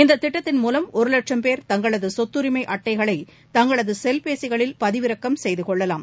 இந்த திட்டத்தின் மூலம் ஒரு லட்சம் பேர் தங்களது சொத்தரிமை அட்டைகளை தங்களது செல்பேசிகளில் பதிவிறக்கம் செய்து கொள்ளலாம்